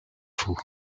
fou